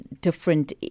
different